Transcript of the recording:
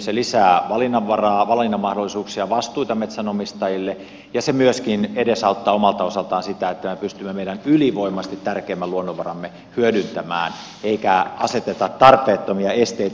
se lisää valinnanvaraa valinnan mahdollisuuksia vastuita metsänomistajille ja se myöskin edesauttaa omalta osaltaan sitä että me pystymme meidän ylivoimaisesti tärkeimmän luonnonvaramme hyödyntämään eikä aseteta tarpeettomia esteitä